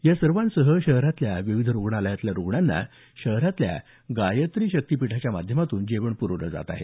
या सर्वांसह शहरातल्या विविध रूग्णालयातल्या रूग्णांना शहरातल्या गायत्री शक्तिपीठाच्या माध्यमातून जेवण पुरवलं जात आहे